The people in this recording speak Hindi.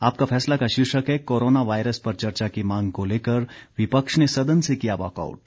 आपका फैसला का शीर्षक है कोरोना वायरस पर चर्चा की मांग को लेकर विपक्ष ने सदन से किया वाकआउट